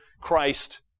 Christ